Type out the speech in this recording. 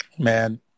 Man